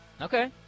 Okay